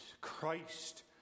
Christ